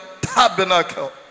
tabernacle